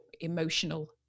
emotional